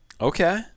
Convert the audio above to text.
Okay